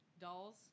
dolls